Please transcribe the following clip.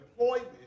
employment